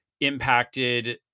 impacted